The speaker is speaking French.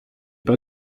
pas